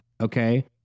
okay